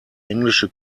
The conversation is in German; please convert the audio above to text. englische